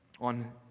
on